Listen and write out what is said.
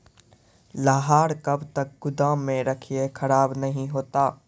लहार कब तक गुदाम मे रखिए खराब नहीं होता?